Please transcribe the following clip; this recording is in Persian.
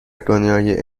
دنیای